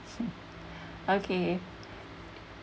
okay